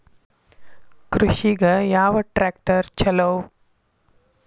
ಕೃಷಿಗ ಯಾವ ಟ್ರ್ಯಾಕ್ಟರ್ ಛಲೋ?